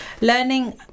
learning